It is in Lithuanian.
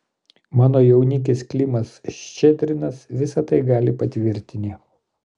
mano jaunikis klimas ščedrinas visa tai gali patvirtinti